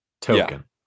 token